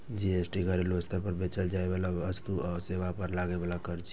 GST घरेलू स्तर पर बेचल जाइ बला वस्तु आ सेवा पर लागै बला कर छियै